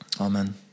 Amen